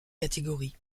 catégories